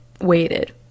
waited